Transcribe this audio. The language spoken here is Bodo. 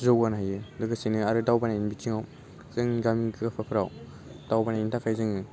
जौगानो हायो लोगोसेनो आरो दावबायनायनि बिथिङाव जोंनि गामि खोफोफ्राव दावबायनायनि थाखाय जोङो